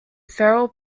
feral